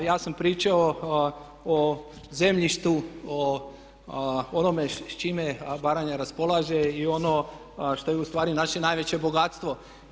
A ja sam pričao o zemljištu, o onome s čime Baranja raspolaže i ono što je u stvari naše najveće bogatstvo.